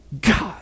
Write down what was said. God